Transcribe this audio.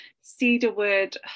cedarwood